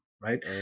Right